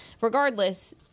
regardless—